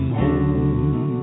home